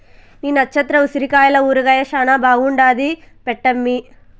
ఈ నచ్చత్ర ఉసిరికాయల ఊరగాయ శానా బాగుంటాది పెట్టమ్మీ